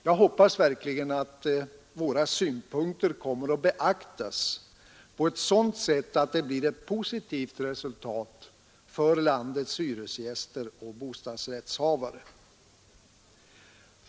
Jag hoppas verkligen att våra synpunkter kommer att beaktas på ett sådant sätt att det blir ett positivt resultat för landets hyresgäster och bostadsrättshavare.